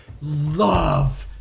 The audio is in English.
Love